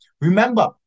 Remember